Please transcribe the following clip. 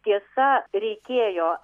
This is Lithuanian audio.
tiesa reikėjo